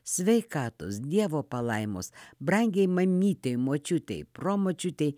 sveikatos dievo palaimos brangiai mamytei močiutei promočiutei